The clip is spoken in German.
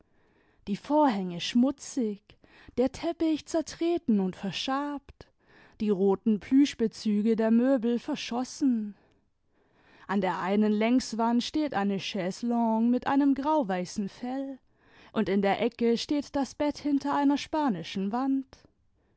die vorhänge schmutzig der teppich zertreten und verschabt die roten plüschbezüge der möbel verschossen an der einen längswand steht eine chaiselongue mit einem grauweißen fell und in der ecke steht das bett hinter einer spanischen wand